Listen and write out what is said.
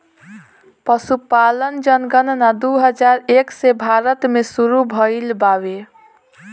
पसुपालन जनगणना दू हजार एक से भारत मे सुरु भइल बावे